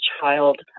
child